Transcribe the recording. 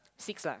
six lah